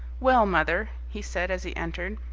well, mother, he said as he entered.